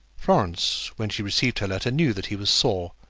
florence, when she received her letter, knew that he was sore,